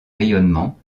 rayonnement